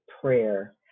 prayer